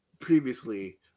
Previously